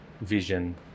vision